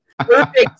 Perfect